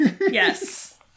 Yes